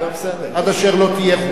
עד אשר לא תהיה,